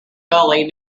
gully